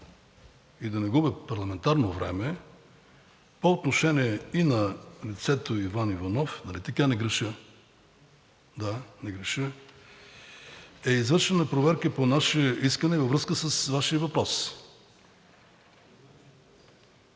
и да не губя парламентарно време, по отношение и на лицето Иван Иванов – нали така, не греша? Да, не греша, е извършена проверка и по наше искане във връзка с Вашия въпрос.